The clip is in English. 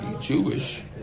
Jewish